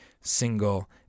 single